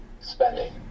spending